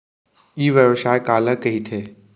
ई व्यवसाय काला कहिथे?